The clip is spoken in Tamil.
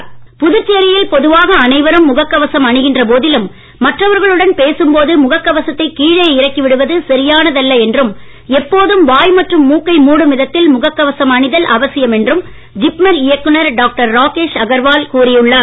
ஜன்அந்தோலன் புதுச்சேரியில் பொதுவாக அனைவரும் முகக் கவசம் அணிகின்ற போதிலும் மற்றவர்களுடன் பேசும்போது முகக் கவசத்தை கீழே இறக்கி விடுவது சரியானதல்ல என்றும் எப்போதும் வாய் மற்றும் மூக்கை மூடும் விதத்தில் முகக் கவசம் அணிதல் அவசியம் என்றும் ஜிப்மர் இயக்குனர் டாக்டர் ராகேஷ் அகர்வால் கூறி உள்ளார்